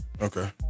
okay